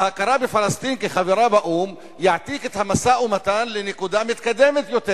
ההכרה בפלסטין כחברה באו"ם תעתיק את המשא-ומתן לנקודה מתקדמת יותר.